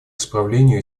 исправлению